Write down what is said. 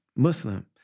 Muslim